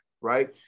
right